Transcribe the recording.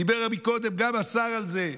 דיבר קודם גם השר על זה,